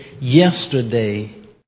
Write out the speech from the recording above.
yesterday